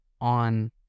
on